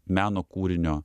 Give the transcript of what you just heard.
meno kūrinio